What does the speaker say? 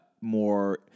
more